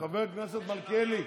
חבר הכנסת מלכיאלי,